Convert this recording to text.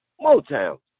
Motown